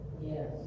Yes